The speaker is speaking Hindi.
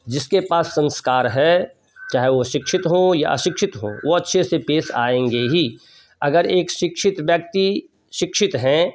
जिसके पास संस्कार है चाहे वह शिक्षित हो या अशिक्षित हो वह अच्छे से पेश आएंगे ही अगर एक शिक्षित व्यक्ति शिक्षित हैं